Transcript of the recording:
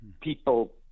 people